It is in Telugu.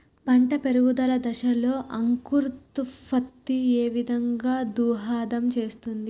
పంట పెరుగుదల దశలో అంకురోత్ఫత్తి ఏ విధంగా దోహదం చేస్తుంది?